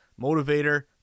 motivator